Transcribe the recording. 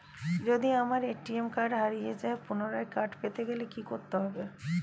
যদি আমার ATM card হারিয়ে যায় পুনরায় কার্ড পেতে গেলে কি করতে হবে?